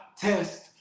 test